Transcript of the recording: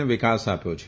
અને વિકાસ આપ્યો છે